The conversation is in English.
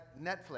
Netflix